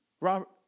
Robert